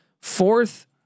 fourth